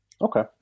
Okay